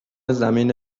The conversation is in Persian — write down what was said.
زمین